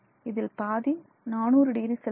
இதில் பாதி 400 degree Celsius